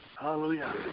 Hallelujah